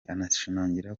anashimangira